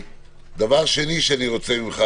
דבר שני שאני רוצה ממך,